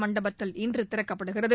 மண்டபத்தில் இன்று திறக்கப்படுகிறது